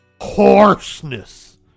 Hoarseness